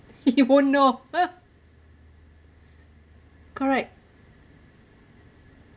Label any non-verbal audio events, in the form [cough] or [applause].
he won't know [laughs] correct